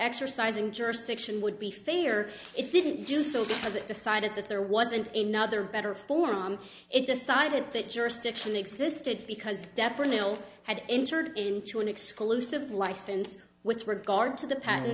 exercising jurisdiction would be fair it didn't do so because it decided that there wasn't a nother better form it decided that jurisdiction existed because deprenyl had entered into an exclusive license with regard to the patte